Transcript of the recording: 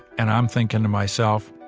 and i'm thinking to myself,